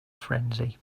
frenzy